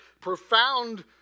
profound